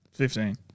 Fifteen